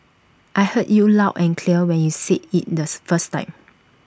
I heard you loud and clear when you said IT this first time